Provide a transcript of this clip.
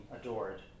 adored